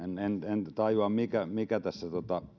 en tajua mikä mikä tässä